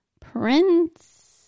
Prince